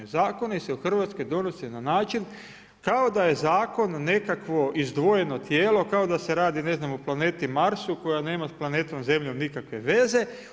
Zakoni se u Hrvatskoj donose na način kao da je zakon nekakvo izdvojeno tijelo, kao da se radi ne znam o planetu Marsu koja nema s planetom Zemljom nikakve veze.